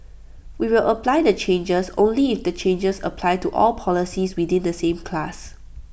we will apply the changes only if the changes apply to all policies within the same class